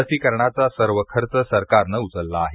लसीकरणाचा सर्व खर्च सरकारने उचलला आहे